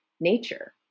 nature